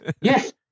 Yes